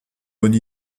bonne